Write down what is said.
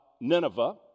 Nineveh